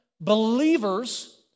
believers